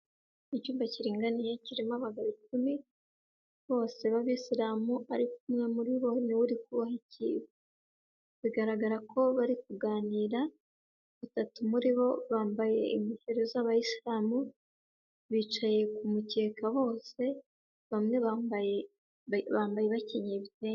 Icyumba kiringaniye kirimo abagabo icumi bose b'abisilamu ari umwe muri bo niwe kuba ikigwa, bigaragara ko bari kuganira batatu muri bo bambaye ingofero z'abayisilamu bicaye kumukeka bose bamwe bambaye bakinyeye imyenda.